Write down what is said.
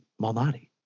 Malnati